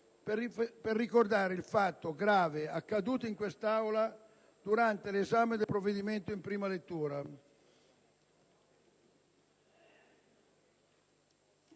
per ricordare il fatto, grave, accaduto in quest'Aula durante l'esame del provvedimento in prima lettura.